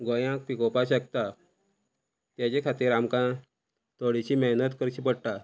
गोंयाक पिकोवपाक शकता तेजे खातीर आमकां थोडीशी मेहनत करची पडटा